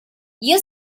you